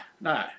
no